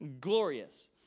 glorious